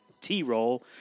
T-Roll